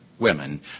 women